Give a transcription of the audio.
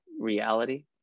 reality